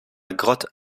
grotte